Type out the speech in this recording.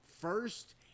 first